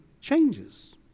changes